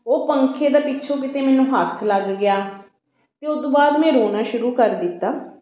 ਉਹ ਪੱਖੇ ਦਾ ਪਿੱਛੋਂ ਕਿਤੇ ਮੈਨੂੰ ਹੱਥ ਲੱਗ ਗਿਆ ਅਤੇ ਉਸ ਤੋਂ ਬਾਅਦ ਮੈਂ ਰੋਣਾ ਸ਼ੁਰੂ ਕਰ ਦਿੱਤਾ